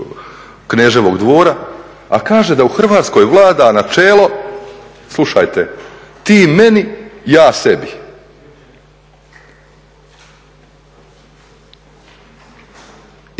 kneževog dvora, a kaže da u Hrvatskoj vlada načelo, slušajte, ti meni ja sebi.